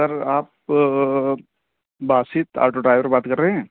سر آپ Basit auto driver بات کر رہے ہیں